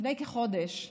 לפני כחודש,